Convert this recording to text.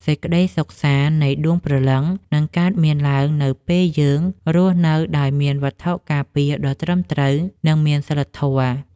សេចក្តីសុខសាន្តនៃដួងព្រលឹងនឹងកើតមានឡើងនៅពេលយើងរស់នៅដោយមានវត្ថុការពារដ៏ត្រឹមត្រូវនិងមានសីលធម៌។